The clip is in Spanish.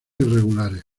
irregulares